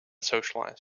socialize